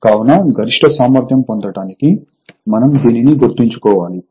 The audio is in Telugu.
కావున గరిష్ట సామర్థ్యం పొందటానికి మనం దీనిని గుర్తుంచుకోవాలి